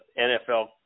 NFL